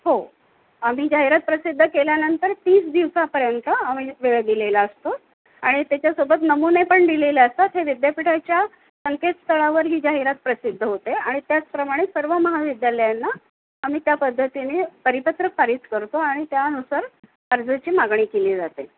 हो आम्ही जाहिरात प्रसिद्ध केल्यानंतर तीस दिवसापर्यंत आम्ही वेळ दिलेला असतो आणि त्याच्यासोबत नमूने पण दिलेले असतात हे विद्यापीठाच्या संकेत स्थळावर ही जाहिरात प्रसिद्ध होते आणि त्याचप्रमाणे सर्व महाविद्यालयांना आम्ही त्या पद्धतीने परिपत्रक करतो आणि त्यानुसार अर्जाची मागणी केली जाते